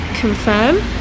Confirm